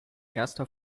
erster